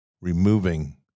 removing